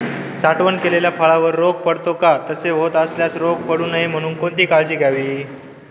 साठवण केलेल्या फळावर रोग पडतो का? तसे होत असल्यास रोग पडू नये म्हणून कोणती काळजी घ्यावी?